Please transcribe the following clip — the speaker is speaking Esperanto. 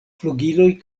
flugiloj